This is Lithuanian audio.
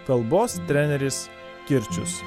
kalbos treneris kirčius